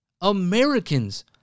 Americans